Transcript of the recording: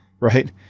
Right